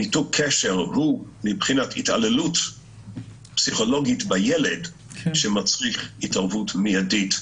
שניתוק קשר הוא מבחינת התעללות פסיכולוגית בילד שמצריך התערבות מידית.